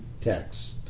text